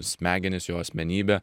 smegenis jo asmenybę